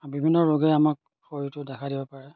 বিভিন্ন ৰোগে আমাক শৰীৰটো দেখা দিব পাৰে